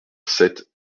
sept